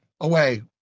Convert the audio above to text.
away